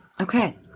Okay